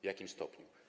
W jakim stopniu?